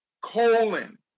colon